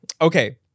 Okay